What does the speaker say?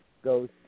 goes